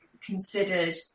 considered